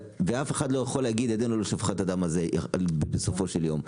ואף אחד לא יכול להגיד ידינו לא שפכה את הדם הזה בסופו של יום,